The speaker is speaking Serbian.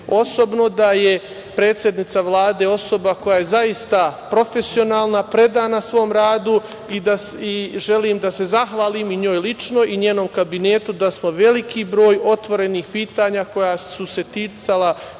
osobno, da je predsednica Vlade osoba koja je zaista profesionalna, predana svom radu i želim da se zahvalim i njoj lično i njenom Kabinetu, da smo veliki broj otvorenih pitanja koja su se ticala